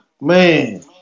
man